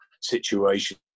situation